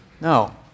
No